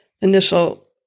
initial